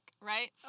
right